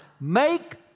Make